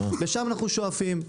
לשם אנחנו שואפים.